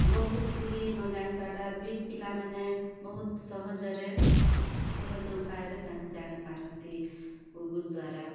ବହୁତ ଗୁଡ଼ିଏ ନ ଜାଣିବାଟା ବି ପିଲାମାନେ ବହୁତ ସହଜରେ ସହଜ ଉପାୟରେ ତାଙ୍କେ ଜାଣିପାରନ୍ତି ଗୁଗୁଲ୍ ଦ୍ୱାରା